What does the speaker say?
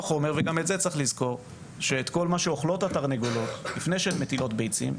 צריך לזכור שאת כל מה שאוכלות התרנגולות לפני שהן מטילות ביצים,